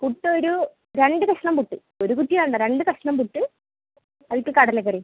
പുട്ടൊരു രണ്ട് കഷ്ണം പുട്ട് ഒരു കുറ്റി വേണ്ട രണ്ട് കഷ്ണം പുട്ട് അല്പം കടലക്കറിയും